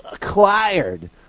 acquired